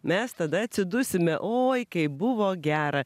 mes tada atsidusime oi kaip buvo gera